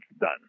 done